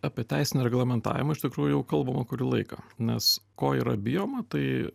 apie teisinį reglamentavimą iš tikrųjų jau kalbama kurį laiką nes ko yra bijoma tai